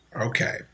Okay